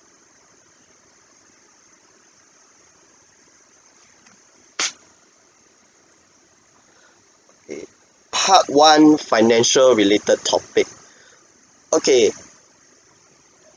part one financial related topic okay